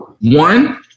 One